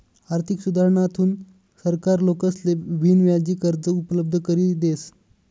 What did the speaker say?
आर्थिक सुधारणाथून सरकार लोकेसले बिनव्याजी कर्ज उपलब्ध करी देस